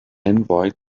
envy